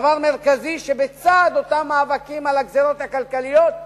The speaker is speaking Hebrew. דבר מרכזי שבצד אותם מאבקים על הגזירות הכלכליות,